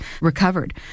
recovered